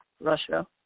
Russia